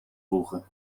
voegen